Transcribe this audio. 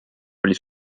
oli